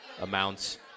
amounts